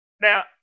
Now